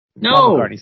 No